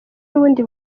n’ubundi